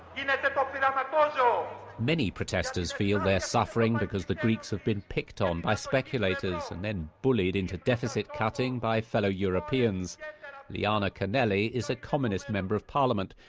and and but but many protesters feel they're suffering because the greeks have been picked on by speculators and then bullied into deficit cutting by fellow europeans liana kanelli is a communist member of parliament.